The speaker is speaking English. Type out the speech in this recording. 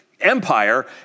empire